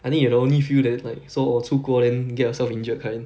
I think you are the only few that like 说我出国 then get yourself injured kind